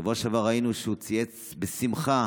בשבוע שעבר ראינו שהוא צייץ בשמחה